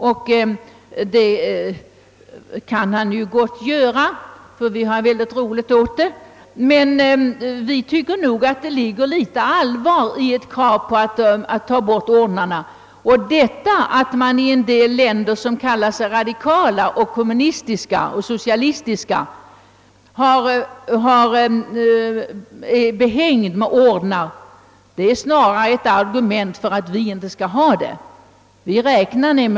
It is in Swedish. Ja, det kan han gott göra, eftersom vi hade mycket roligt åt det: : Meh det ligger nog litet allvar i kravet på att ta bort ordnarna. Att mån i vissa länder som kallar sig radikala, kommunistiska och socialistiska, är behängd med ordnar är snarare ett argument för. att vi inte skall ha något ordensväsende.